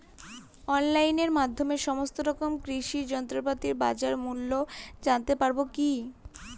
অনলাইনের মাধ্যমে সমস্ত রকম কৃষি যন্ত্রপাতির বাজার মূল্য জানতে পারবো কি?